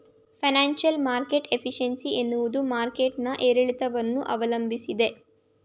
financial market efficiency ಎನ್ನುವುದು market ನ ಏರಿಳಿತವನ್ನು ಅವಲಂಬಿಸಿದೆ